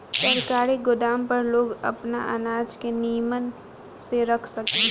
सरकारी गोदाम पर लोग आपन अनाज के निमन से रख सकेले